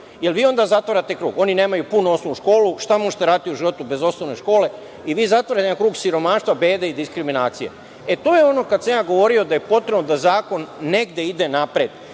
jer vi onda zatvarate krug. Oni nemaju punu osnovnu školu, a šta možete u životu raditi bez osnovne škole? Vi zatvarate jedan krug siromaštva, bede i diskriminacije. To je ono kada sam ja govorio da je potrebno da zakon negde ide napred.